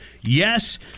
yes